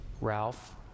Ralph